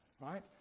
right